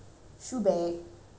can can I don't know